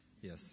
Yes